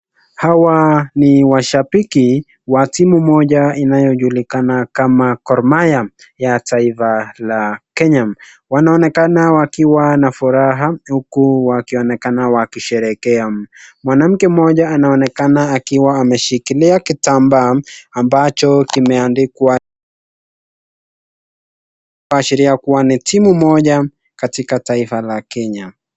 Hawa ni washabiki wa timu moja inayojulikana kama Gor Mahia ya taifa la Kenya. Wanaonekana wakiwa na furaha huku wakionekana wakisherehekea. Mwanamke mmoja anaonekana akiwa ameshikilia kitambaa ambacho kimeandikwa kuashiria kuwa ni timu moja katika taifa la Kenya.